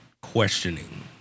questioning